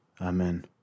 Amen